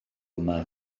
yma